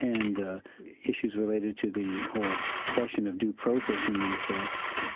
and issues related to the whole question of due process in these ah